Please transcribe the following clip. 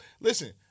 Listen